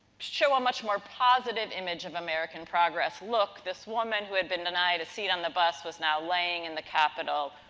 show a much more positive image of american progress. look, this woman who had been denied a seat on the bus is now laying in the capital,